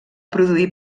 produir